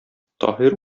таһир